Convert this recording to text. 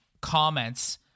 comments